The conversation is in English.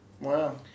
Wow